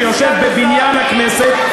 שיושב בבניין הכנסת,